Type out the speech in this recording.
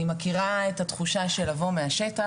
אני מכירה את התחושה של לבוא מהשטח,